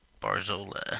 Barzola